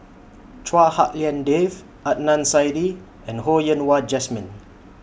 Chua Hak Lien Dave Adnan Saidi and Ho Yen Wah Jesmine